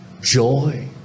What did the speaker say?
joy